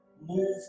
move